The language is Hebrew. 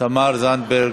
תמר זנדברג,